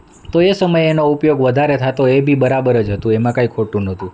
તો એ સમયે એનો ઉપયોગ વધારે થતો એ બી બરાબર જ હતું એમાં કાંઇ ખોટું નહોતું